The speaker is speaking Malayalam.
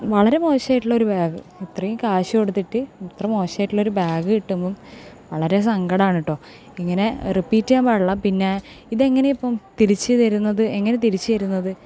വളരെ മോശായിട്ടുള്ളൊരു ബാഗ് ഇത്രയും കാശ് കൊടുത്തിട്ട് ഇത്ര മോശായിട്ടുള്ളൊരു ബാഗ് കിട്ടുമ്പോൾ വളരെ സങ്കടമാണ് കെട്ടോ ഇങ്ങനെ റിപ്പീറ്റ് ചെയ്യാൻ പാടില്ല പിന്നെ ഇതെങ്ങനെ ഇപ്പം തിരിച്ചുതരുന്നത് എങ്ങനെ തിരിച്ചുതരുന്നത്